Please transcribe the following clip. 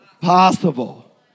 possible